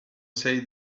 say